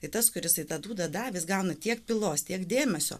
tas kuris į tą dūdą davęs gaunu tiek pylos tiek dėmesio